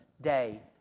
day